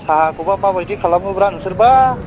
साहाखौबा माबायदि खालामोब्रा नोंसोरबा